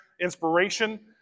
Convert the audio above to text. inspiration